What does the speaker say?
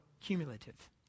cumulative